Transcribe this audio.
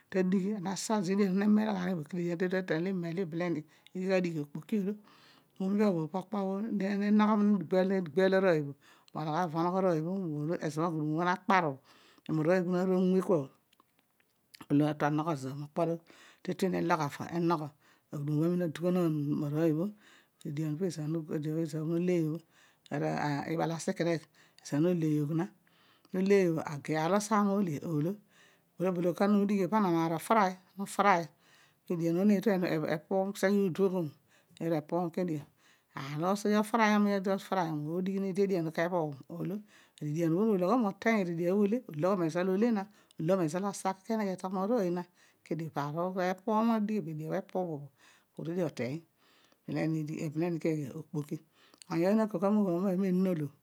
Ta adighe na sazi den no gbeel arooy mologh avo onogho ezoor ezo aghudum bho nalapar bho emar arooy bho naru nwe kua bho la ana tue anogho zami makpo olo teeligh avo enogho zami aghudum mo obho amina onogho ezoor meedian olo ezoor ko ole aru apam kedio aar olo uru otriyom olo aridian bho no teeny kedio uloghom mezo olo nolo aar bho adighi obho keghe okpoki ooy na kol kua kama ena olo